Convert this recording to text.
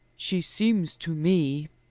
she seems to me,